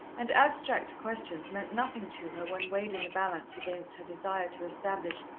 and abstract questions meant nothing to her when weighed in the balance against her desire to establish,